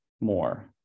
more